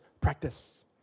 practice